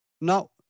No